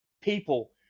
people